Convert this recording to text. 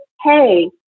hey